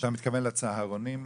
אתה מתכוון לצהרונים?